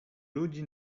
ludzi